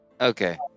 Okay